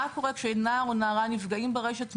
מה קורה כאשר נער או נערה נפגעים ברשת,